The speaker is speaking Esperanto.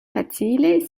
facile